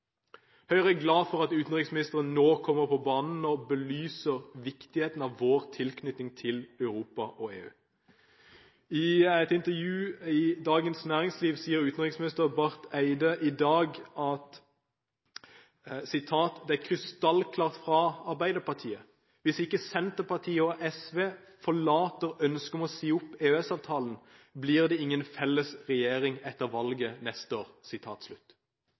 Høyre er glad for at utenriksministeren nå kommer på banen og belyser viktigheten av vår tilknytning til Europa og EU. På bakgrunn av et intervju med utenriksminister Barth Eide i Dagens Næringsliv i dag skriver avisen: «Krystallklart fra Ap: Hvis ikke Senterpartiet og SV forlater ønsket om å si opp EØS-avtalen, blir det ingen felles regjering etter valget neste år.»